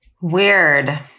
Weird